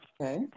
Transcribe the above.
Okay